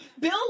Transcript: Bill